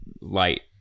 light